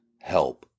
help